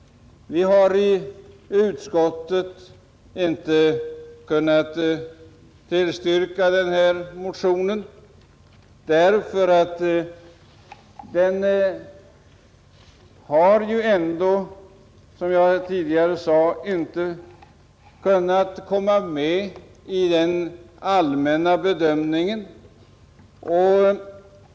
Vi har i utskottet inte kunnat tillstyrka denna motion, därför att den ju ändå, som jag tidigare sade, inte harkunnat komma med i den allmänna bedömningen.